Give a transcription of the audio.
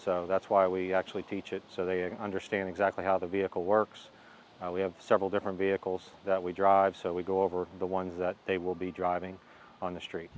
so that's why we actually teach it so they can understand exactly how the vehicle works we have several different vehicles that we drive so we go over the ones that they will be driving on the street